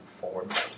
forward